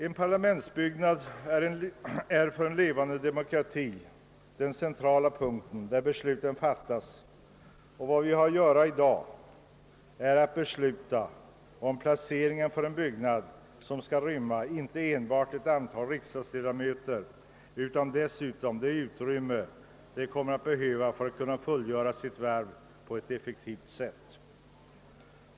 En parlamentsbyggnad är för en 1evande demokrati den centrala punkten, där besluten fattas. Vad vi har att göra i dag är att besluta om placeringen av en byggnad, som skall rymma inte enbart ett antal riksdagsledamöter, utan dessutom alla de lokaler de kommer att behöva för att kunna fullgöra sitt värv på ett effektivt sätt.